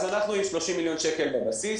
אז אנחנו עם 30 מיליון שקל בבסיס.